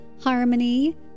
harmony